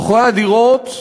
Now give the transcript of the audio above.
שוכרי הדירות